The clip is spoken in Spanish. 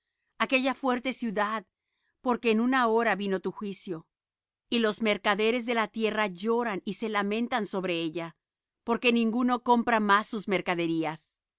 aquella fuerte ciudad porque en una hora vino tu juicio y los mercaderes de la tierra lloran y se lamentan sobre ella porque ninguno compra más sus mercaderías